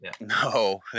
no